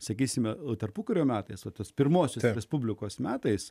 sakysime o tarpukario metais o tas pirmosios respublikos metais